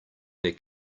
their